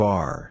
Bar